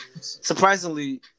surprisingly